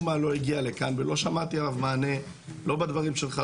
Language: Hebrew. מה לא הגיע לכאן ולא שמעתי עליו מענה לא בדברים שלך,